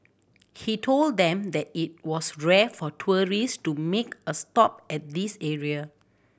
he told them that it was rare for tourist to make a stop at this area